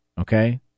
okay